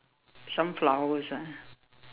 some flowers ah